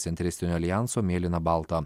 centristinio aljanso mėlyna balta